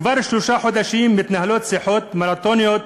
כבר שלושה חודשים מתנהלות שיחות מרתוניות